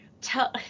tell